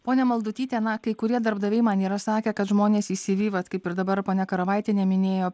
ponia maldutytė na kai kurie darbdaviai man yra sakę kad žmonės į cv kaip ir dabar ponia karavaitiene minėjo